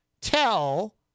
tell